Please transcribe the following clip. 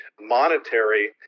monetary